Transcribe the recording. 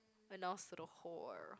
announce to the whole world